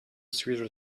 sweeter